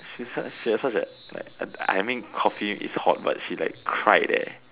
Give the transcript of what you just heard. I mean Coffee is hot but she like cried